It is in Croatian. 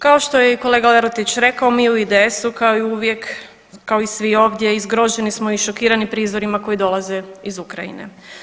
Kao što je i kolega Lerotić rekao, mi u IDS-u kao i uvijek kao i svi ovdje i zgroženi smo i šokirani prizorima koji dolaze iz Ukrajine.